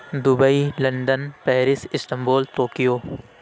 Dubai London Paris Istanbul Tokyo